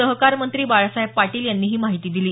सहकार मंत्री बाळासाहेब पाटील यांनी ही माहिती दिली